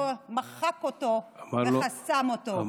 והוא מחק אותו וחסם אותו.